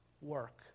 work